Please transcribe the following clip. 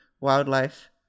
wildlife